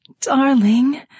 Darling